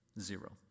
zero